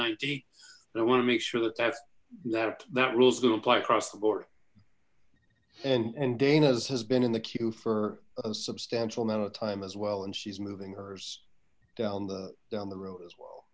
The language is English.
ninety i want to make sure that that's that that rules don't apply across the board and and dana's has been in the queue for a substantial amount of time as well and she's moving hers down the down the road as well